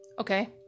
okay